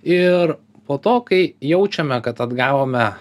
ir po to kai jaučiame kad atgavome